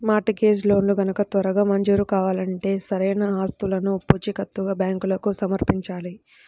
mart gauge లోన్లు గనక త్వరగా మంజూరు కావాలంటే సరైన ఆస్తులను పూచీకత్తుగా బ్యాంకులకు సమర్పించాలి